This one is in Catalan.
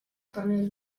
pernil